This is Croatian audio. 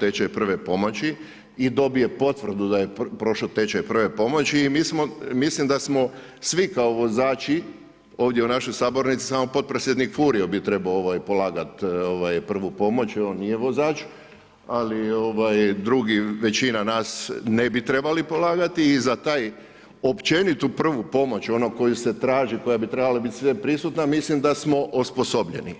tečaj prve pomoći i dobije potvrdu da je prošao tečaj prve pomoći i mislim da smo svi kao vozači ovdje u našoj sabornici, samo potpredsjednik Furio bi trebao polagati prvu pomoć jer on nije vozač, ali drugi većina nas ne bi trebali polagati i za taj općenito prvu pomoć, onu koja se traži, koja bi trebala biti sveprisutna, mislim da smo osposobljeni.